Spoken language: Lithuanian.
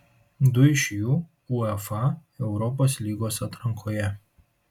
du iš jų uefa europos lygos atrankoje